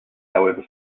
however